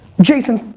jason,